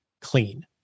clean